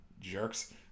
jerks